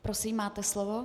Prosím, máte slovo.